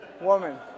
Woman